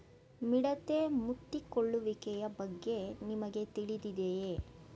ಮಿಡತೆ ಮುತ್ತಿಕೊಳ್ಳುವಿಕೆಯ ಬಗ್ಗೆ ನಿಮಗೆ ತಿಳಿದಿದೆಯೇ?